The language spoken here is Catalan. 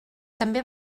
també